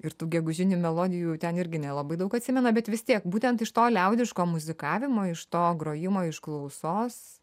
ir tų gegužinių melodijų jau ten irgi nelabai daug atsimena bet vis tiek būtent iš to liaudiško muzikavimo iš to grojimo iš klausos